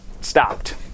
stopped